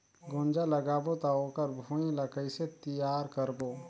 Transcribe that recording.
गुनजा लगाबो ता ओकर भुईं ला कइसे तियार करबो?